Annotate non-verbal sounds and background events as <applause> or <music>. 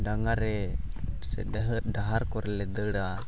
ᱰᱟᱸᱜᱟᱨᱮ ᱥᱮ <unintelligible> ᱰᱟᱦᱟᱨ ᱠᱚᱨᱮᱞᱮ ᱫᱟᱹᱲᱟ